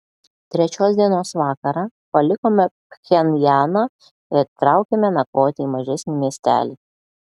trečios dienos vakarą palikome pchenjaną ir traukėme nakvoti į mažesnį miestelį